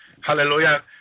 Hallelujah